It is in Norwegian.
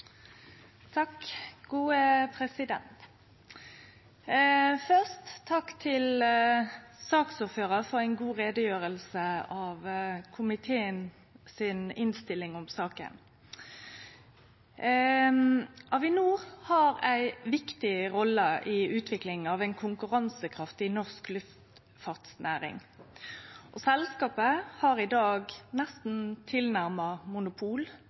takk til saksordføraren for ei god utgreiing om komitéinnstillinga i saka. Avinor har ei viktig rolle i utviklinga av ei konkurransekraftig norsk luftfartsnæring. Selskapet har i dag tilnærma monopol